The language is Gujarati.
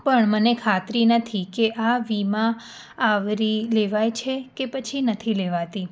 પણ મને ખાતરી નથી કે આ વીમા આવરી લેવાય છે કે પછી નથી લેવાતી